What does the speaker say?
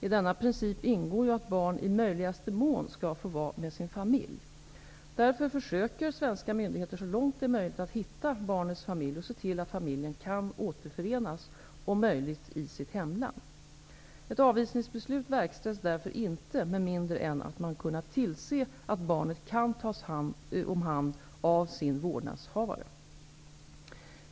I denna princip ingår ju att barn i möjligaste mån skall få vara med sin familj. Därför försöker svenska myndigheter så långt det är möjligt hitta barnets familj och se till att familjen kan återförenas, om möjligt i sitt hemland. Ett avvisningsbeslut verkställs därför inte med mindre än att man kunnat tillse att barnet kan tas om hand av sin vårdnadshavare.